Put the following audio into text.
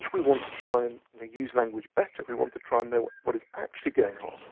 we want to try and use language better, if we want to try and know what is actually going on,